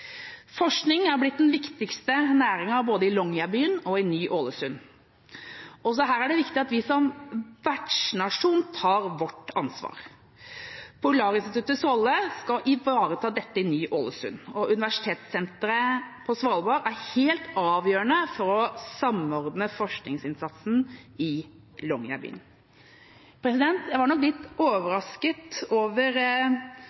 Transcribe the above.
Forskning er blitt den viktigste næringen både i Longyearbyen og i Ny-Ålesund. Også her er det viktig at vi som vertsnasjon tar vårt ansvar. Polarinstituttets rolle skal ivareta dette i Ny-Ålesund. Universitetssenteret på Svalbard er helt avgjørende for å samordne forskningsinnsatsen i Longyearbyen. Jeg var nok litt